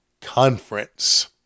Conference